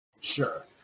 Sure